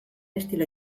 estilo